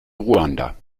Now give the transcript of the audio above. ruanda